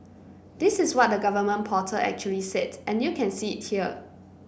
this is what the government portal actually said and you can see it here